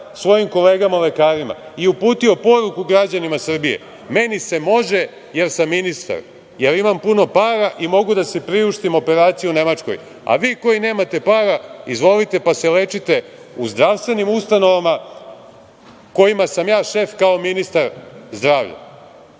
svojim kolegama lekarima i uputio poruku građanima Srbije – meni se može, jer sam ministar, jer imam puno par i mogu da priuštim operaciju u Nemačkoj, a vi koji nemate para, izvolite, pa se lečite u zdravstvenim ustanovama kojima sam ja šef kao ministar zdravlja.